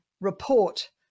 report